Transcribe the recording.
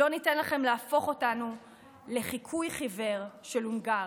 לא ניתן לכם להפוך אותנו לחיקוי חיוור של הונגריה.